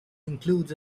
includes